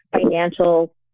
financial